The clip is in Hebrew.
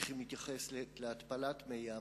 ואיך היא מתייחסת להתפלת מי-ים.